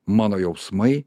mano jausmai